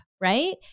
right